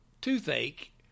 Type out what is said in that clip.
toothache